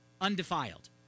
undefiled